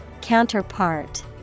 Counterpart